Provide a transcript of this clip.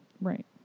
Right